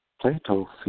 Plato